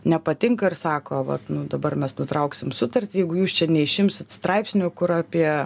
nepatinka ir sako vat nu dabar mes nutrauksim sutartį jeigu jūs čia neišimsit straipsnių kur apie